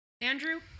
Andrew